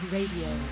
Radio